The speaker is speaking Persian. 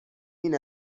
این